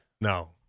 No